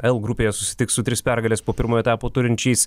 l grupėje susitiks su tris pergales po pirmo etapo turinčiais